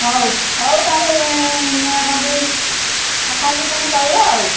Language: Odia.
ହଉ ହଉ ତା'ହେଲେ କଥା ହେଇକି ତା'ହେନେ କହିବ ଆଉ